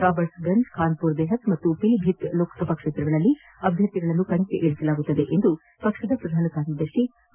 ರಾಬರ್ಟ್ಸ್ಗೆಂಜ್ ಖಾನ್ಪುರ್ ದೆಹತ್ ಹಾಗೂ ಪಿಲಿಭಿತ್ ಲೋಕಸಭಾ ಕ್ಷೇತ್ರಗಳಲ್ಲಿ ಅಭ್ಯರ್ಥಿಗಳನ್ನು ಕಣಕ್ಕಿ ಳಿಸಲಾಗುವುದು ಎಂದು ಪಕ್ಷದ ಪ್ರಧಾನ ಕಾರ್ಯದರ್ಶಿ ಕೆ